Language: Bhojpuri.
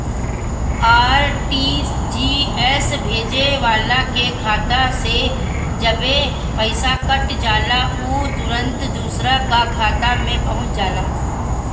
आर.टी.जी.एस भेजे वाला के खाता से जबे पईसा कट जाला उ तुरंते दुसरा का खाता में पहुंच जाला